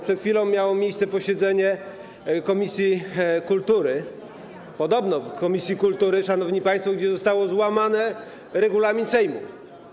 Przed chwilą miało miejsce posiedzenie komisji kultury - podobno komisji kultury - szanowni państwo, gdzie został złamany regulamin Sejmu.